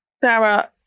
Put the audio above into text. Sarah